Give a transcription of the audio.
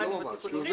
הישיבה